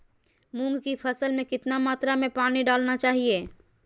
मूंग की फसल में कितना मात्रा में पानी डालना चाहिए?